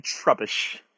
Trubbish